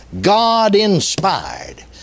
God-inspired